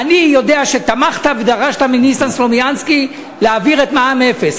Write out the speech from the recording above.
אני יודע שתמכת ודרשת מניסן סלומינסקי להעביר את מע"מ אפס.